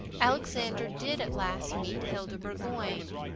alexander did at last meet hilda burgoyne.